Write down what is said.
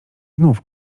znów